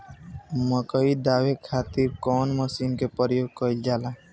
मकई दावे खातीर कउन मसीन के प्रयोग कईल जाला?